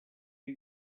you